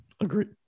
Agreed